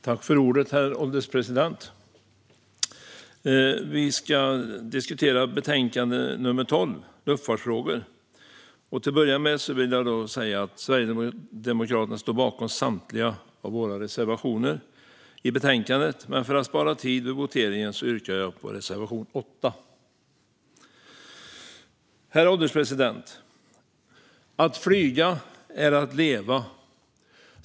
Herr ålderspresident! Vi ska diskutera betänkande 12, Luftfartsfrågor . Till att börja med vill jag säga att Sverigedemokraterna står bakom samtliga våra reservationer i betänkandet, men för att spara tid vid voteringen yrkar jag bifall endast till reservation 8. Herr ålderspresident! Att flyga är att leva .